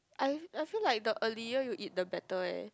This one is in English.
I I feel like the earlier you eat the better eh